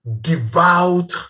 devout